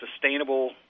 sustainable